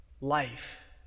life